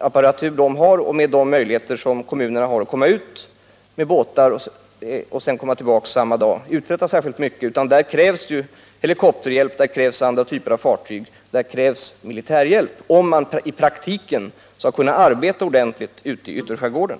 apparatur kommunerna har och med de möjligheter de har att ta sig ut med båtar och sedan komma tillbaka samma dag kan de inte uträtta särskilt mycket, utan här krävs helikopterhjälp, hjälp i form av att andra typer av fartyg ställs till förfogande liksom militärhjälp. Detta är en förutsättning för att man skall kunna bedriva arbetet effektivt i ytterskärgården.